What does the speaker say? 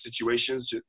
situations